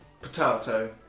Potato